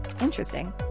Interesting